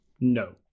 No